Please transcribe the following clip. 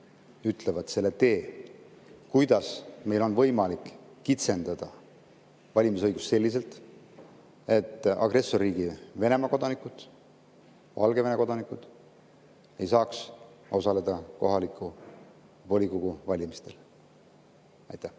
ütlevad selle tee, kuidas meil on võimalik kitsendada valimisõigust selliselt, et agressorriigi Venemaa kodanikud ja Valgevene kodanikud ei saaks osaleda kohaliku volikogu valimistel. Aitäh,